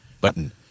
button